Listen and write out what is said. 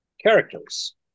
characters